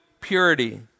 purity